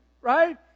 right